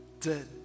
dead